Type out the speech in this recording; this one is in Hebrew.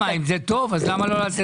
אם זה טוב אז למה לא לתת גם להם?